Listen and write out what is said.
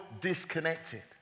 disconnected